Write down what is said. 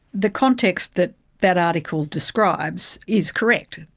the context that that article describes is correct.